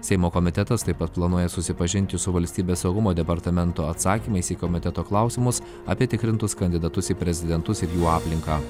seimo komitetas taip pat planuoja susipažinti su valstybės saugumo departamento atsakymais į komiteto klausimus apie tikrintus kandidatus į prezidentus ir jų aplinką